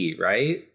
right